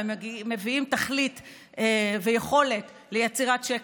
ומביאים תכלית ויכולת ליצירת שקט,